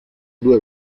due